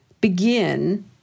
begin